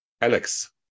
Alex